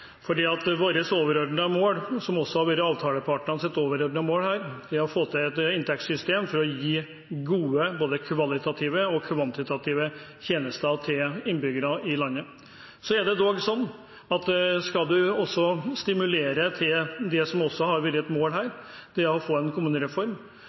også har vært avtalepartnernes overordnede mål, er å få til et inntektssystem som gir gode både kvalitative og kvantitative tjenester til innbyggerne i landet. Så er det dog slik at man skal stimulere til det som også har vært et mål